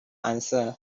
answered